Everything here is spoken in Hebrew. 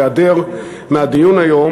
להיעדר מהדיון היום,